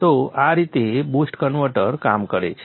તો આ રીતે બુસ્ટ કન્વર્ટર કામ કરે છે